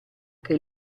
che